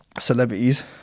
celebrities